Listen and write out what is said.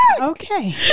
Okay